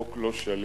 הוא חוק לא שלם,